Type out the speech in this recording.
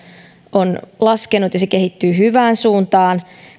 on laskenut ja se kehittyy hyvään suuntaan